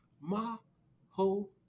ma-ho